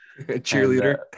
Cheerleader